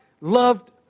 loved